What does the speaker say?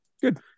good